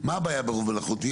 מה הבעיה ברוב מלאכותי?